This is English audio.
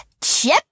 chip